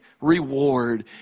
reward